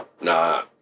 Nah